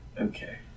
okay